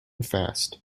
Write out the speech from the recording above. fast